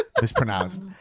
mispronounced